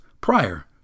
prior